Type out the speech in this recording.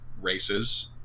races